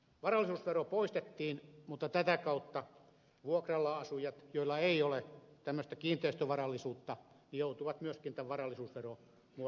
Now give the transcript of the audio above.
varallisuusvero poistettiin mutta tätä kautta vuokralla asujat joilla ei ole tämmöistä kiinteistövarallisuutta joutuvat myöskin tämän varallisuusveromuodon maksumiehiksi